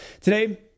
Today